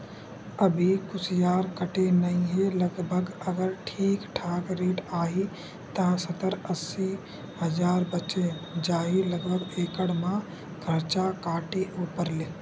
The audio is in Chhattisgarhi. अभी कुसियार कटे नइ हे लगभग अगर ठीक ठाक रेट आही त सत्तर अस्सी हजार बचें जाही लगभग एकड़ म खरचा काटे ऊपर ले